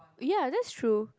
ya that's true